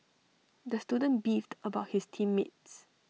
the student beefed about his team mates